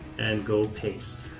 and go paste.